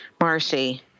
Marcy